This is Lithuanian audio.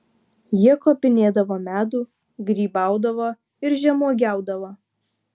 jie kopinėdavo medų grybaudavo ir žemuogiaudavo